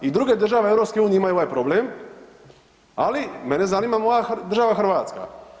I druge države EU imaju ovaj problem, ali mene zanima moja država Hrvatska.